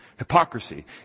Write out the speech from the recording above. Hypocrisy